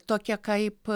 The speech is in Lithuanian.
tokie kaip